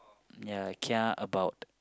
ya kia about